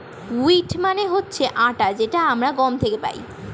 wheat মানে হচ্ছে আটা যেটা আমরা গম থেকে পাই